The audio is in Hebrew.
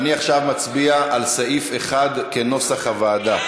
עכשיו נצביע על סעיף 1 כנוסח הוועדה.